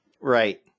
Right